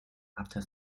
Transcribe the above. after